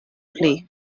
pli